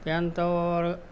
त्यानंतर